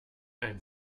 ein